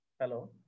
Hello